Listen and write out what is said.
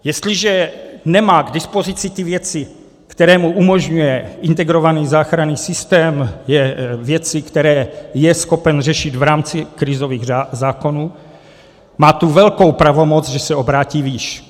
Jestliže nemá k dispozici ty věci, které mu umožňuje integrovaný záchranný systém, věci, které je schopen v rámci krizových zákonů, má tu velkou pravomoc, že se obrátí výš.